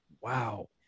wow